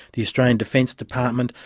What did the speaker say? the australian defence department,